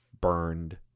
burned